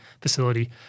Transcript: facility